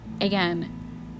again